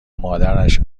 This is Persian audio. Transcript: مادرش